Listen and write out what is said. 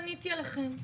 לא בניתי עליכם,